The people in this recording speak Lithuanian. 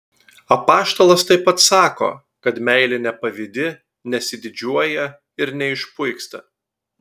apaštalas taip pat sako kad meilė nepavydi nesididžiuoja ir neišpuiksta